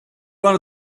wanna